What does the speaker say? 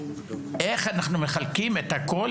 איך אנחנו מחלקים את הכול,